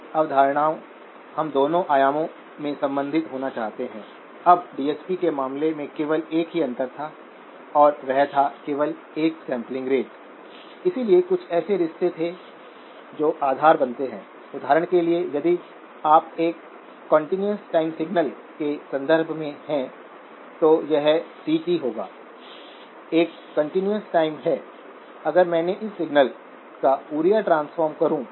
अब कुल क्वान्टिटीज प्राप्त करने के लिए हमें क्या करना है ऑपरेटिंग पॉइंट को इंक्रीमेंटल क्वान्टिटीज में जोड़ना है VGSVGS0vi है